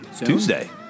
Tuesday